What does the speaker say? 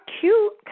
cute